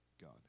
God